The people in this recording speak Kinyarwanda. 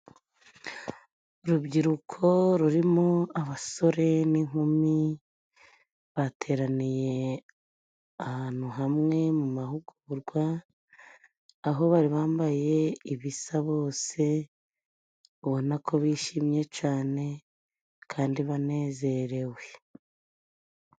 Urubyiruko rurimo abasore n'inkumi, bateraniye ahantu hamwe mu mahugurwa ,aho bari bambaye ibisa bose ,ubona ko bishimye cane, kandi banezerewe.